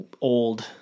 old